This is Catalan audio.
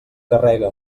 carrega